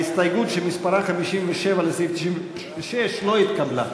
ההסתייגות שמספרה 57 לסעיף 96 לא התקבלה.